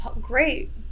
great